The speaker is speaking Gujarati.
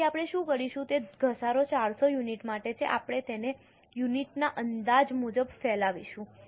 તેથી આપણે શું કરીશું તે ઘસારો 4000 યુનિટ માટે છે આપણે તેને યુનિટના અંદાજ મુજબ ફેલાવીશું